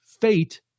fate –